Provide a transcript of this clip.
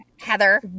Heather